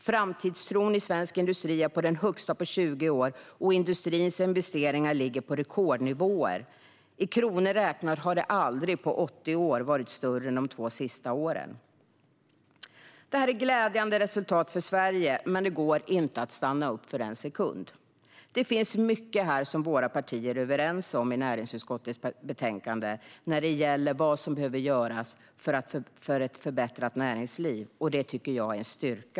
Framtidstron i svensk industri är den högsta på 20 år, och industrins investeringar ligger på rekordnivåer. I kronor räknat har de aldrig på 80 år varit större än de två senaste åren. Det här är glädjande resultat för Sverige, men det går inte att stanna upp en sekund. Det finns mycket som våra partier är överens om i näringsutskottets betänkande när det gäller vad som behöver göras för ett förbättrat näringsliv. Det tycker jag är en styrka.